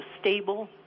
stable